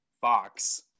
Fox